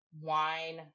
wine